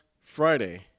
Friday